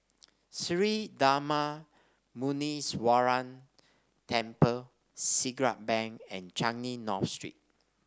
Sri Darma Muneeswaran Temple Siglap Bank and Changi North Street